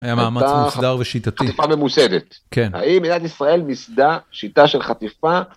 ‫היה מאמץ מוסדר ושיטתי. ‫-חטיפה ממוסדת. ‫האם מדינת ישראל מיסדה ‫שיטה של חטיפה?